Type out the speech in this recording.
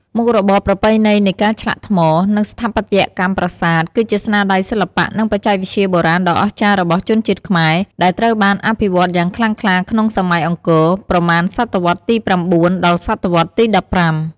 មុខរបរប្រពៃណីនៃការឆ្លាក់ថ្ម និងស្ថាបត្យកម្មប្រាសាទ គឺជាស្នាដៃសិល្បៈ និងបច្ចេកវិទ្យាបុរាណដ៏អស្ចារ្យរបស់ជនជាតិខ្មែរ ដែលត្រូវបានអភិវឌ្ឍយ៉ាងខ្លាំងក្លាក្នុងសម័យអង្គរ ប្រមាណសតវត្សរ៍ទី៩ ដល់សតវត្សរ៍ទី១៥។